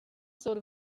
sort